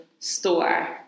store